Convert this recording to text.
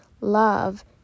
love